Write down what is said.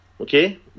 Okay